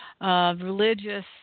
religious